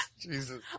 Jesus